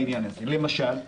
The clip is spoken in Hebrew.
למשל,